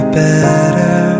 better